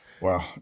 Wow